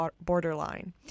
Borderline